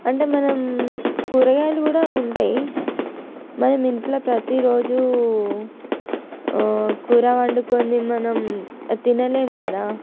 అంటే మనం కూరగాయలు కూడా ఉంటాయి మనం ఇంట్లో ప్రతిరోజు కూర వండుకుని మనం తినలేము కదా